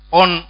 on